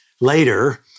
Later